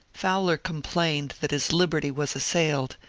fowler complained that his liberty was assailed,